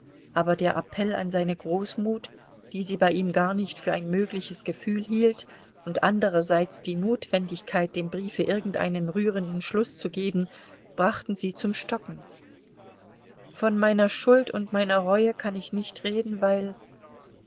aber der appell an seine großmut die sie bei ihm gar nicht für ein mögliches gefühl hielt und anderseits die notwendigkeit dem briefe irgendeinen rührenden schluß zu geben brachten sie zum stocken von meiner schuld und meiner reue kann ich nicht reden weil